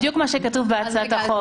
זה בדיוק מה שכתוב בהצעת החוק.